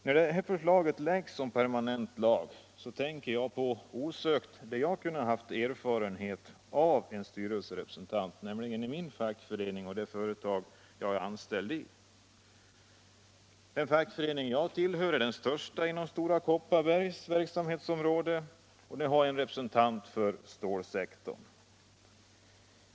När detta förslag om permanent lag framläggs tänker jag osökt på mina erfarenheter från min egen fackförening och vilken nytta jag har haft av styrelserepresentanten i det företag där jag är anställd. Den fackförening jag tillhör är den största inom Stora Kopparberg AB:s verksamhetsområde, och vi har en representant för stålsektorn.